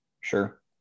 Sure